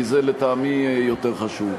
כי זה לטעמי יותר חשוב.